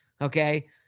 Okay